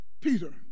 Peter